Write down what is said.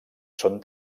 són